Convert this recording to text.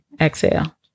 Exhale